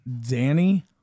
Danny